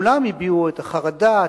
שכולן הביעו חרדה,